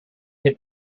had